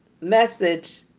message